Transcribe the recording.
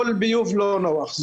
כל ביוב לא נוח.